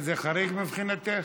זה חריג מבחינתך?